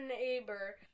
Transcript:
neighbor